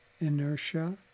inertia